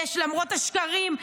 למרות השקרים,